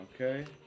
Okay